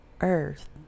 earth